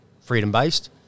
freedom-based